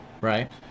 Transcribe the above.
Right